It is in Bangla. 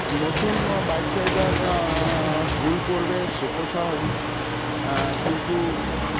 নতুন বাইক রাইডার ভুল করবে সে তো স্বাভাবিক কিন্তু